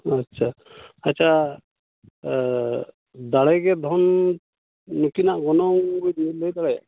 ᱟᱪᱪᱷᱟ ᱟᱪᱪᱷᱟ ᱫᱟᱲᱮᱜᱮ ᱫᱷᱚᱱ ᱱᱩᱠᱤᱱᱟᱜ ᱜᱚᱱᱚᱝ ᱵᱮᱱ ᱞᱟᱹᱫᱟᱲᱮᱭᱟᱜᱼᱟ